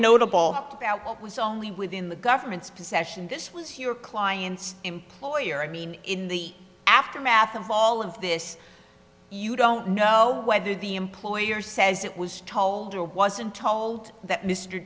was only within the government's possession this was your client's employer i mean in the aftermath of all of this you don't know whether the employer says it was told or wasn't told that mr